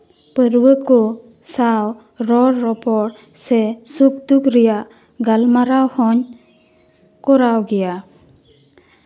ᱯᱟᱹᱨᱣᱟᱹ ᱠᱚ ᱥᱟᱶ ᱨᱚᱲᱼᱨᱚᱯᱚᱲ ᱥᱮ ᱥᱩᱠ ᱫᱩᱠᱷ ᱨᱮᱭᱟᱜ ᱜᱟᱞᱢᱟᱨᱟᱣ ᱦᱚᱧ ᱠᱚᱨᱟᱣ ᱜᱮᱭᱟ